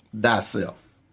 thyself